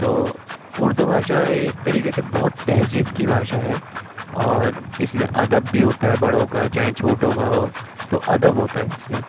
تو اردو بھاشا ایک طریقے سے بہت تہذیب کی بھاشا ہے اور اس میں ادب بھی ہوتا ہے بڑوں کا چاہے چھوٹوں کا ہو تو ادب ہوتا ہے اس میں